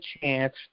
chance